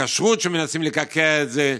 הכשרות, שמנסים לקעקע את זה,